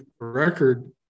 record